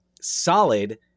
solid